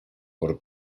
por